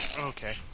Okay